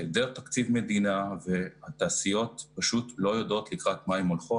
היעדר תקציב מדינה והתעשיות פשוט לא יודעות לקראת מה הן הולכות.